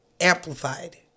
Amplified